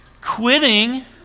Quitting